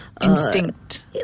Instinct